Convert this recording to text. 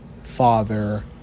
father